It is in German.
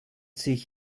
sich